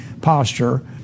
posture